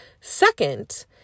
Second